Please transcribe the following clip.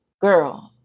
girl